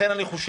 לכן אני חושב,